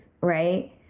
right